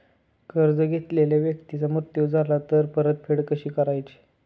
कर्ज घेतलेल्या व्यक्तीचा मृत्यू झाला तर परतफेड कशी करायची?